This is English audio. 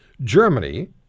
Germany